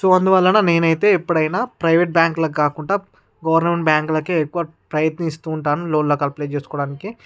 so అందువలన నేనైతే ఎప్పుడైనా ప్రైవేట్ బ్యాంకులకు కాకుండా గవర్నమెంట్ బ్యాంకులకే ఎక్కువ ప్రయత్నిస్తూ ఉంటాను లోన్లకి అప్లై చేసుకోవడానికి